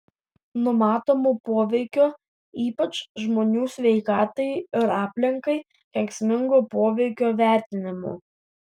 numatomo poveikio ypač žmonių sveikatai ir aplinkai kenksmingo poveikio vertinimo